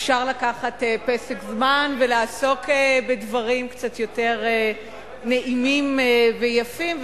אפשר לקחת פסק זמן ולעסוק בדברים קצת יותר נעימים ויפים,